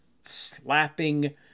Slapping